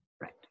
right